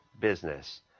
business